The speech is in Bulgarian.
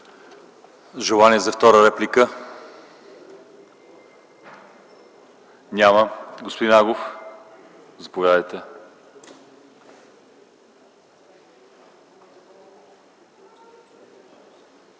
Желание за втора реплика? Няма. Господин Агов, заповядайте.